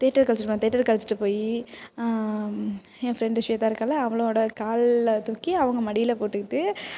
தேட்டருக்கு அழைச்சிட்டு போனாங்க தேட்டருக்கு அழைச்சிட்டு போய் என் ஃப்ரெண்டு ஸ்வேதா இருக்காள்ல அவளோட கால தூக்கி அவங்க மடியில் போட்டுக்கிட்டு